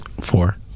Four